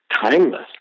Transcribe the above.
Timeless